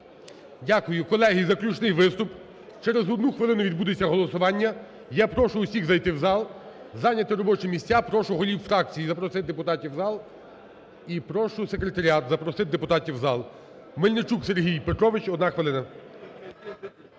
Дякую. Колеги, заключний виступ, через одну хвилину відбудеться голосування, я прошу всіх зайти в зал, зайняти робочі місця, прошу голів фракцій запросити депутатів в зал і прошу секретаріат запросити депутатів в зал. Мельничук Сергій Петрович, одна хвилина.